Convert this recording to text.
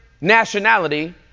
nationality